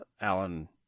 Alan